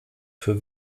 für